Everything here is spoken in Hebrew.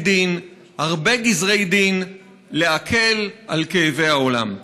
דין / הרבה גזרי דין / להקל על כאבי העולם".